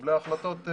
למקבלי ההחלטות,